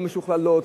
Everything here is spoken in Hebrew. לא משוכללות,